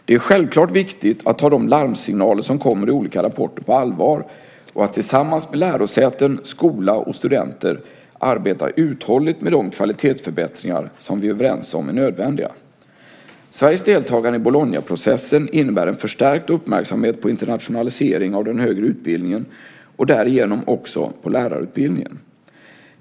Det är självklart viktigt att ta de larmsignaler som kommer i olika rapporter på allvar och att tillsammans med lärosäten, skola och studenter arbeta uthålligt med de kvalitetsförbättringar som vi är överens om är nödvändiga. Sveriges deltagande i Bolognaprocessen innebär en förstärkt uppmärksamhet på internationalisering av den högre utbildningen och därigenom också på lärarutbildningen.